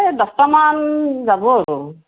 এই দহটা মান যাব আৰু